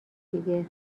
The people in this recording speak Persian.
دیگه